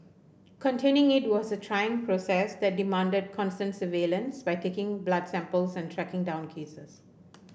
containing it was a trying process that demanded constant surveillance by taking blood samples and tracking down cases